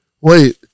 wait